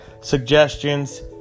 suggestions